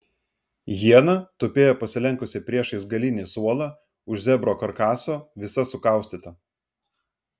hiena tupėjo pasilenkusi priešais galinį suolą už zebro karkaso visa sukaustyta